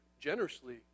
generously